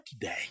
today